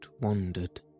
wandered